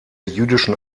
jüdischen